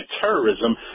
terrorism